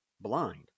blind